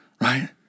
right